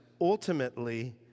ultimately